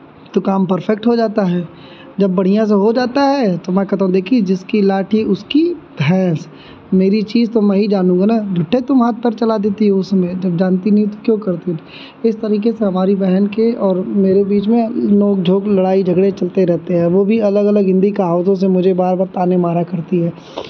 तो काम परफ़ेक्ट हो जाता है जब बढ़ियाँ से हो जाता है तो मैं कहता हूँ देखी जिसकी लाठी उसकी भैंस मेरी चीज़ तो मैं ही जानूँगा ना झुट्टै तुम हाथ पैर चला देती हो उसमें जब जानती नहीं हो तो क्यों करती हो तुम इस तरीके से हमारी बहन के और मेरे बीच में नोक झोंक लड़ाई झगड़े चलते रहते हैं वो भी अलग अलग हिन्दी कहावतों से मुझे बार बार ताने मारा करती है